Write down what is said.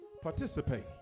participate